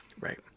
Right